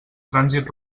trànsit